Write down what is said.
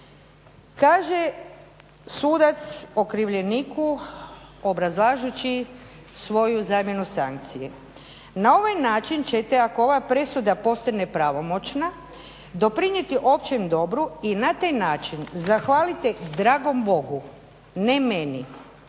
Kaže sudac okrivljeniku obrazlažući svoju zamjenu sankciju, na ovaj način ćete ako ova presuda postane pravomoćna doprinijeti općem dobru i na taj način zahvalite dragom Bogu, ne meni